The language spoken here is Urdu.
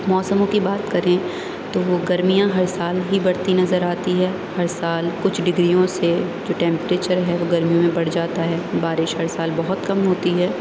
موسموں کی بات کریں تو وہ گرمیاں ہر سال ہی بڑھتی نظر آتی ہے ہر سال کچھ ڈگریوں سے جو ٹمپریچر ہے وہ گرمیوں میں بڑھ جاتا ہے بارش ہر سال بہت کم ہوتی ہے